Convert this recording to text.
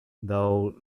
though